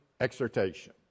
exhortation